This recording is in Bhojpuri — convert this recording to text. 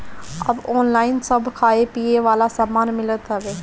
अब ऑनलाइन सब खाए पिए वाला सामान मिलत हवे